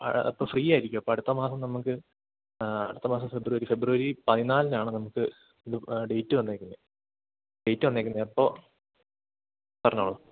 ആ അപ്പം ഫ്രീയായിരിക്കുമോ അപ്പം അടുത്ത മാസം നമുക്ക് അടുത്ത മാസം ഫെബ്രുവരി ഫെബ്രുവരി പതിനാലിനാണ് നമുക്ക് ഇത് ഡേയ്റ്റ് വന്നേക്കുന്നത് ഡേയ്റ്റ് വന്നേക്കുന്നത് അപ്പോൾ പറഞ്ഞോളൂ